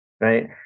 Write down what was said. right